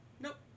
Nope